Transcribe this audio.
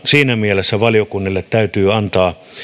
siinä mielessä valiokunnille täytyy antaa